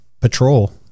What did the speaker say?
patrol